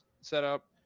setup